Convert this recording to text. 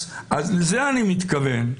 אז לזה אני מתכוון.